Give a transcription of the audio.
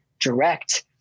direct